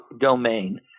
domain